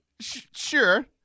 Sure